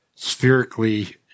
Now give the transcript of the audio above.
spherically